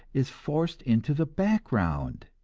is forced into the background.